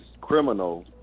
criminal